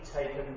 taken